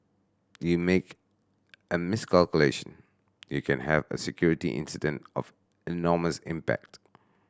you make a miscalculation you can have a security incident of enormous impact